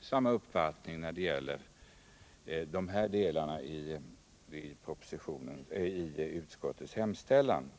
samma uppfattning när det gäller dessa delar av utskottets hemställan.